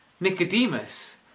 Nicodemus